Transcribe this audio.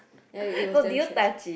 ya it it was damn tragic